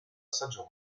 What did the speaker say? stagione